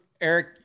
Eric